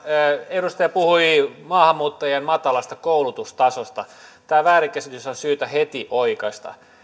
edustaja puhui maahanmuuttajien matalasta koulutustasosta tämä väärinkäsitys on syytä heti oikaista